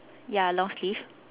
ya long sleeve